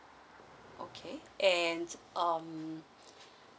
okay and um